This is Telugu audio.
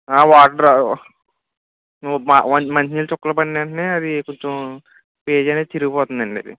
వాటర్ డ్రా నువ్వు మా మా మంచినీళ్ళు చుక్కలు పడిన వెంటనే అది కొంచెం పేజీ అనేది చిరిగిపోతుంది అండి అది